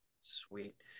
sweet